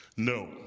No